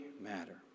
matter